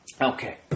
Okay